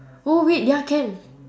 oh wait ya can